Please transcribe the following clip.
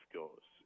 goes